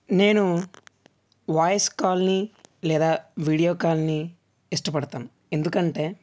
నేను వాయిస్ కాల్నీ లేదా వీడియో కాల్నీ ఇష్టపడతాను ఎందుకంటే